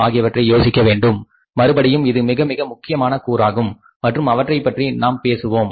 ஆகியவற்றை யோசிக்கவேண்டும் மறுபடியும் இது மிக மிக முக்கியமான கூராகும் மற்றும் அவற்றை பற்றி நாம் பேசுவோம்